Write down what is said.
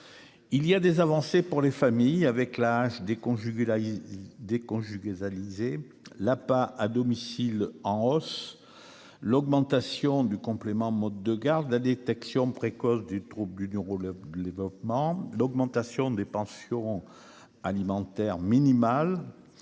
Il y a des avancées pour les familles avec l'âge des des conjugaisons Alizée la pas à domicile en hausse l'augmentation du complément mode de garde, la détection précoce du trouble du du rôle de développement, l'augmentation des pensions alimentaires minimale